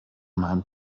meinem